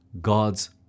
God's